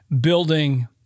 building